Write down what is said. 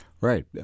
Right